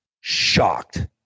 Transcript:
shocked